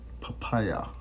papaya